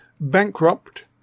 bankrupt